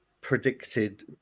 predicted